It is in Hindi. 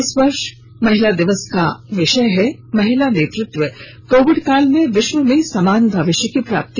इस वर्ष महिला दिवस का विषय है महिला नेतृत्वः कोविड काल में विश्व में समान भविष्य की प्राप्ति